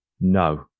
No